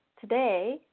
today